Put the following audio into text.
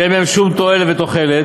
שאין להן שום תועלת ותוחלת,